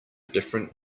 different